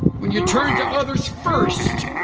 when you turn to others first